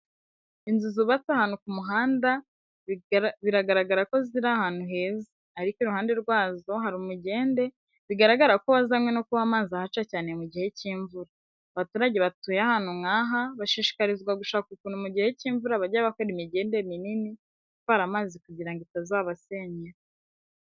Inzu zubatse ahantu ku muhanda, biragaragara ko ziri ahantu heza ariko iruhande rwazo hari umugende bigaragara ko wazanywe no kuba amazi ahaca cyane mu gihe cy'imvura. Abaturage batuye ahantu nk'aha bashishikarizwa gushaka ukuntu mu gihe cy'imvura bajya bakora imigende minini itwara amazi kugira ngo itazabasenyera.